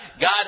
God